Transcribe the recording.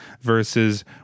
versus